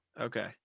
Okay